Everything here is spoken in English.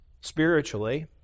spiritually